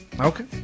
Okay